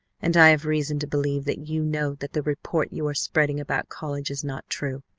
and i have reason to believe that you know that the report you are spreading about college is not true.